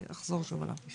אני אחזור שוב על המשפט.